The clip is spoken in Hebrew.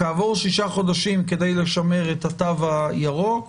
וכעבור שישה חודשים, כדי לשמר את התו הירוק,